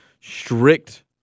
strict